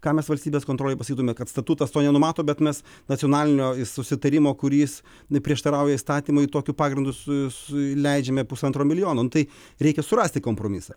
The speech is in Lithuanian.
ką mes valstybės kontrolei pasakytume kad statutas to nenumato bet mes nacionalinio susitarimo kuris neprieštarauja įstatymui tokiu pagrindu su su leidžiame pusantro milijono nu tai reikia surasti kompromisą